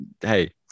hey